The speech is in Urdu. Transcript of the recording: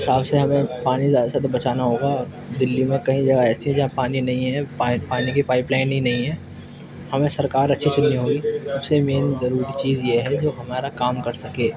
حساب سے ہمیں پانی زیادہ سے زیادہ بچانا ہوگا دلی میں کئی جگہ ایسی ہیں جہاں پانی نہیں ہے پانی کی پائپ لائن ہی نہیں ہیں ہمیں سرکار اچھی چننی ہوگی سب سے مین ضروری چیز یہ ہے جو ہمارا کام کر سکے